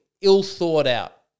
ill-thought-out